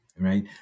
right